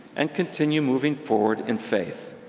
and continue moving forward in faith.